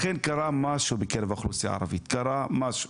לכן קרה משהו בקרב האוכלוסייה הערבית, קרה משהו.